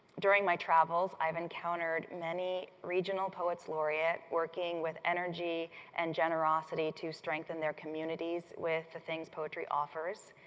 during my travels i have encountered many regional poets laureate working with energy and generosity to strengthen their communities with the things poetry offers.